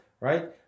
right